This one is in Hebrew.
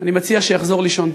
אני מציע שיחזור לישון.